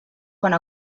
quant